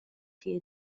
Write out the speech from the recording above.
chi